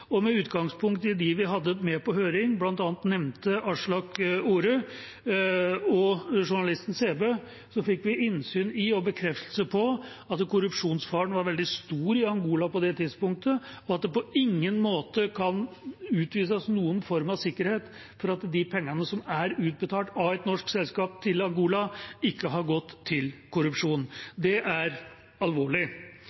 og med utgangspunkt i dem vi hadde med på høringen, bl.a. nevnte Aslak Orre og journalisten Sæbø, fikk vi innsyn i og bekreftelse på at korrupsjonsfaren i Angola var veldig stor på det tidspunktet, og at det på ingen måte kan gis noen form for sikkerhet for at de pengene som er utbetalt fra et norsk selskap til Angola, ikke har gått til korrupsjon.